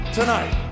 tonight